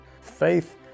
Faith